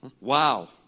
Wow